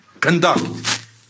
conduct